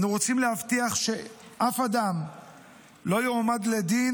אנו רוצים להבטיח שאף אדם לא יועמד לדין